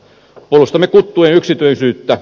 puolustamme kuttujen yksityisyyttä